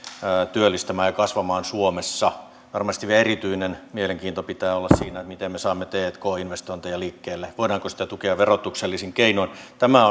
työllistämään ja kasvamaan suomessa varmasti vielä erityinen mielenkiinto pitää olla siinä miten me saamme tk investointeja liikkeelle voidaanko sitä tukea verotuksellisin keinoin tämä